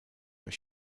were